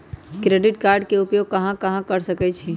Credit card के उपयोग कहां कहां कर सकईछी?